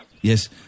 Yes